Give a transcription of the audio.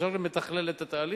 החשב גם מתכלל את התהליך.